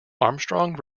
armstrong